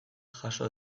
jaso